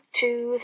two